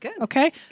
Okay